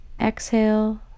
Exhale